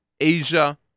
Asia